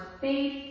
faith